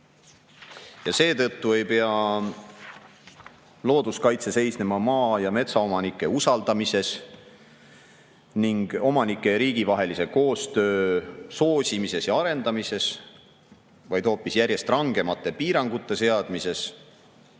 ja seetõttu ei pea looduskaitse seisnema maa- ja metsaomanike usaldamises ning omanike ja riigi vahelise koostöö soosimises ja arendamises, vaid hoopis järjest rangemate piirangute seadmises